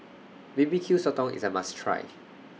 B B Q Sotong IS A must Try